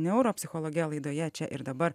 neuropsichologe laidoje čia ir dabar